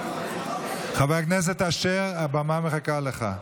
חבר הכנסת אשר, הבמה מחכה לך.